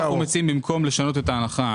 ועכשיו אנחנו מציעים במקום לשנות את ההנחה